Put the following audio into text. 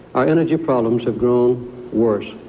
our energy problems are growing um worse.